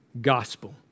Gospel